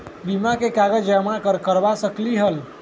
बीमा में कागज जमाकर करवा सकलीहल?